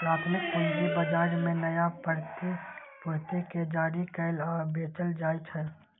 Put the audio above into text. प्राथमिक पूंजी बाजार मे नया प्रतिभूति कें जारी कैल आ बेचल जाइ छै